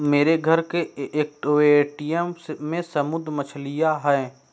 मेरे घर के एक्वैरियम में समुद्री मछलियां हैं